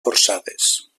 forçades